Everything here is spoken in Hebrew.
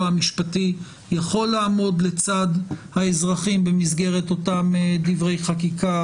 המשפטי יכול לעמוד לצד האזרחים במסגרת אותם דברי חקיקה,